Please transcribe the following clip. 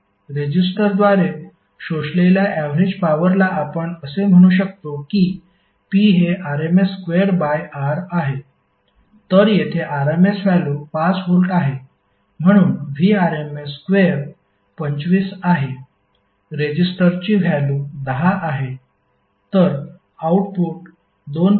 रेजिस्टरद्वारे शोषलेल्या ऍवरेज पॉवरला आपण असे म्हणू शकतो की P हे RMS स्क्वेअर बाय R आहे तर येथे RMS व्हॅल्यु 5 व्होल्ट आहे म्हणून Vrms स्क्वेअर 25 आहे रेजिस्टरची व्हॅल्यु 10 आहे तर आउटपुट 2